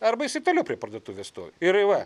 arba jisai toliau prie parduotuvės stovi ir va